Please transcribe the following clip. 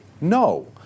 No